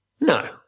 No